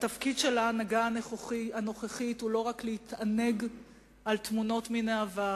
התפקיד של ההנהגה הנוכחית הוא לא רק להתענג על תמונות מן העבר,